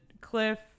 cliff